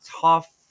tough